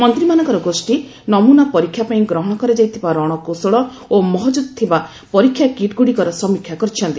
ମନ୍ତ୍ରୀମାନଙ୍କର ଗୋଷୀ ନମୁନା ପରୀକ୍ଷା ପାଇଁ ଗ୍ରହଣ କରାଯାଇଥିବା ରଣକୌଶଳ ଓ ମହକୁଦ ଥିବା ପରୀକ୍ଷା କିଟ୍ଗୁଡ଼ିକର ସମୀକ୍ଷା କରିଛନ୍ତି